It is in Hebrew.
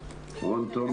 כבר כמעט לפני חודש,